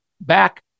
back